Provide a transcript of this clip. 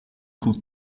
goed